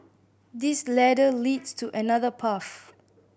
this ladder leads to another path